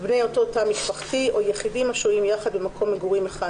בני אותו תא משפחתי או יחידים השוהים יחד במקום מגורים אחד,